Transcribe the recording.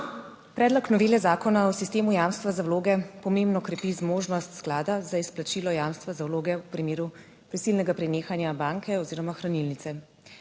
Predlog novele zakona o sistemu jamstva za vloge pomembno krepi zmožnost sklada za izplačilo jamstva za vloge v primeru prisilnega prenehanja banke oziroma hranilnice.